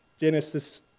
Genesis